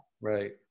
Right